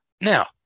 Now